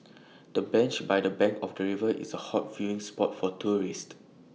the bench by the bank of the river is A hot viewing spot for tourists